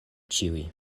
ĉiuj